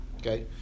Okay